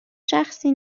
شخصی